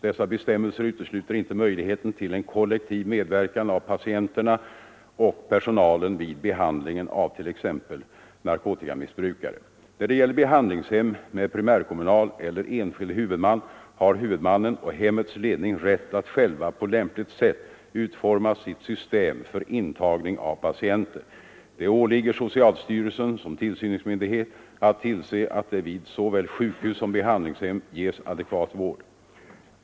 Dessa bestämmelser utesluter inte möjligheten till en kollektiv medverkan av patienterna och personalen vid behandlingen av t.ex. narkotikamissbrukare. När det gäller behandlingshem med primärkommunal eller enskild huvudman har huvudmannen och hemmets ledning rätt att själva på lämpligt sätt utforma sitt system för intagning av patienter. Det åligger socialstyrelsen som tillsynsmyndighet att tillse att det vid såväl sjukhus som behandlingshem ges adekvat vård.